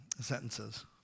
sentences